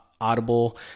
audible